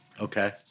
Okay